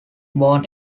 born